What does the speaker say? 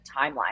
timeline